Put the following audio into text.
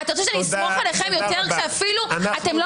אתה רוצה שנסמוך עליכם יותר כשאתם אפילו לא